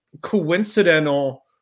coincidental